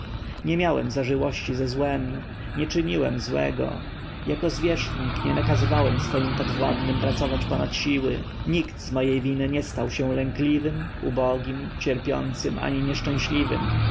nie miałem zażyłości ze złem nie czyniłem złego jako zwierzchnik nie nakazywałem swoim podwładnym pracować ponad siły nikt z mojej winy nie stał się lękliwym ubogim cierpiącym ani nieszczęśliwym